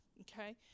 okay